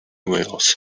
wheels